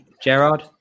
Gerard